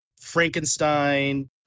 Frankenstein